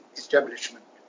establishment